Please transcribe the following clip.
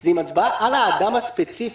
זה עם הצבעה על האדם הספציפי.